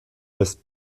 west